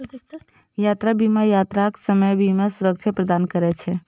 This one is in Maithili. यात्रा बीमा यात्राक समय बीमा सुरक्षा प्रदान करै छै